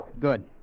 Good